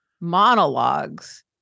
monologues